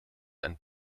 ein